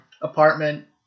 apartment